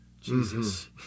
Jesus